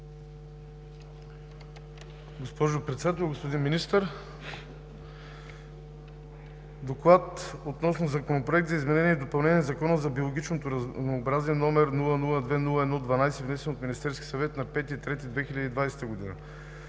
Госпожо Председател, господин Министър! „ДОКЛАД относно Законопроект за изменение и допълнение на Закона за биологичното разнообразие, № 002-01-12, внесен от Министерския съвет на 5 март 2020 г.